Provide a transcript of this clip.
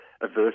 averse